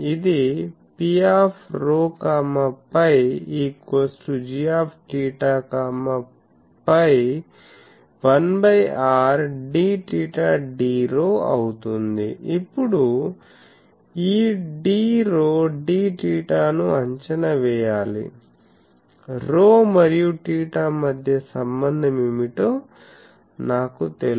ఇది Pρ φ gθ φ1r dθdρ అవుతుంది ఇప్పుడు ఈ dρ dθ ను అంచనా వేయాలి ρ మరియు θ మధ్య సంబంధం ఏమిటో నాకు తెలుసు